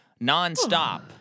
nonstop